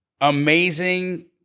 amazing